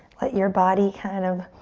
let your body kind of